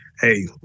Hey